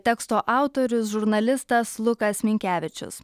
teksto autorius žurnalistas lukas minkevičius